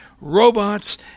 robots